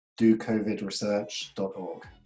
docovidresearch.org